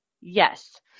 Yes